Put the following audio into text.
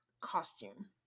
costume